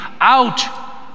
out